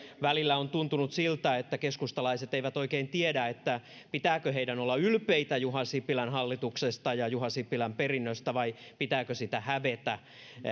välillä on tuntunut siltä että keskustalaiset eivät oikein tiedä pitääkö heidän olla ylpeitä juha sipilän hallituksesta ja juha sipilän perinnöstä vai pitääkö sitä hävetä